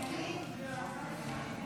"מצדיק רשע ומרשיע צדיק"